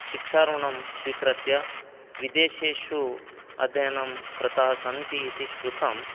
शिक्षा ऋणं स्वीकृत्य विदेशेषु अध्ययनं कृताः सन्ति इति श्रुतम्